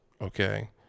Okay